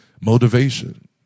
Motivation